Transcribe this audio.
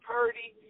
Purdy